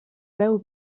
beu